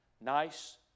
nice